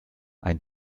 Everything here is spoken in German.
ein